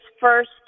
first